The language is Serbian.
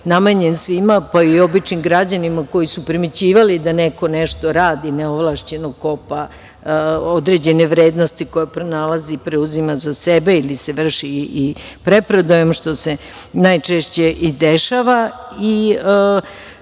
Namenjen je svima, pa i običnim građanima koji su primećivali da neko nešto radi neovlašćeno, kopa određene vrednosti koje pronalazi i preuzima za sebe ili se bavi preprodajom, što se najčešće i dešava. Iz